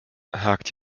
hakt